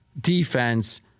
defense